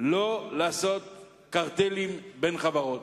לא לעשות קרטלים בין חברות.